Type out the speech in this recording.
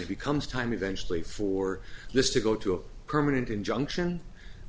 it becomes time eventually for this to go to a permanent injunction